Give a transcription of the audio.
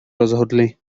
rozhodli